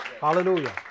Hallelujah